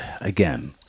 Again